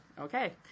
Okay